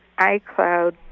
iCloud